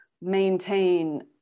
maintain